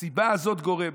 הסיבה הזאת גורמת,